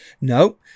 no